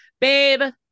babe